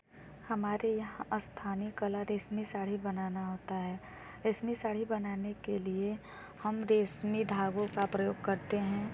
हमारे यहाँ स्थानीय कला रेशमी साड़ी बनाना होता है रेशमी साड़ी बनाने के लिए हम रेशमी धागों का प्रयोग करते हैं